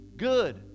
good